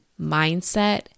mindset